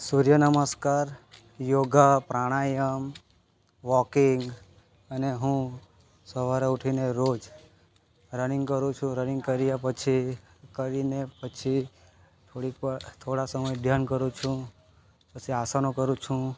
સૂર્ય નમસ્કાર યોગા પ્રાણાયામ વોકિંગ અને હું સવારે ઊઠીને રોજ રનિંગ કરું છું રનિંગ કર્યા પછી કરીને પછી થોડા સમય ધ્યાન કરું છું પછી આસનો કરું છું